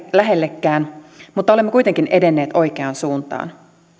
lähellekään mutta olemme kuitenkin edenneet oikeaan suuntaan